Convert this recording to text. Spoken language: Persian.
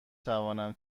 توانم